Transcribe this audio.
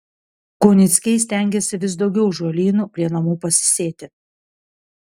kunickiai stengiasi vis daugiau žolynų prie namų pasisėti